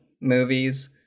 movies